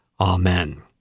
Amen